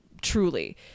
truly